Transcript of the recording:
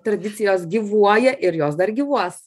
tradicijos gyvuoja ir jos dar gyvuos